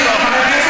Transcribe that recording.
רגע.